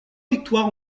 victoires